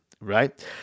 right